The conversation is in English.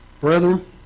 Brethren